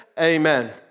Amen